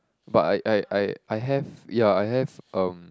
but I I I I have ya I have um